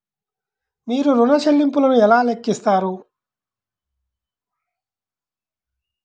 మీరు ఋణ ల్లింపులను ఎలా లెక్కిస్తారు?